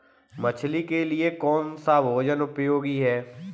मछली के लिए कौन सा भोजन उपयोगी है?